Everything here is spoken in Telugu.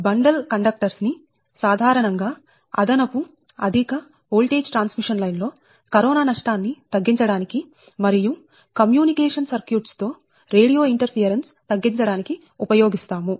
బండల్ కండక్టర్స్ ని సాధారణం గా అదనపు అధిక ఓల్టేజ్ ట్రాన్స్ మిషన్ లైన్ లో కరోనా నష్టాన్ని తగ్గించడానికి మరియు కమ్యూనికేషన్ సర్క్యూట్స్ తో రేడియో ఇంటర్ ఫియరెన్సు తగ్గించడానికి ఉపయోగిస్తాము